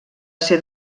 ser